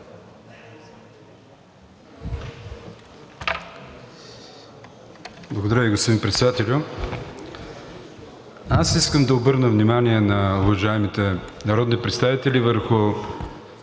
Благодаря Ви, господин Председателю. Аз искам да обърна внимание на уважаемите народни представители върху